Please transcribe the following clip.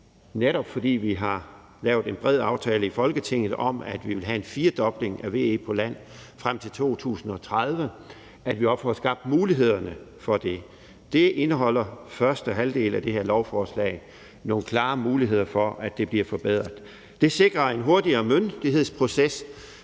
netop fordi vi har lavet en bred aftale i Folketinget om, at vi vil have en firdobling af VE på land frem til 2030, også får skabt mulighederne for det. Det indeholder første halvdel af det her lovforslag nogle klare muligheder for bliver forbedret. Det sikrer en hurtigere myndighedsproces